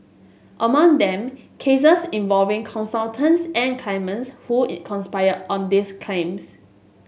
among them cases involving consultants and claimants who conspired on these claims